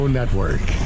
Network